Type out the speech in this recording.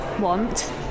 want